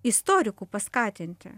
istorikų paskatinti